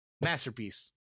Masterpiece